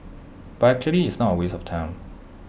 but actually it's not A waste of time